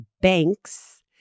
banks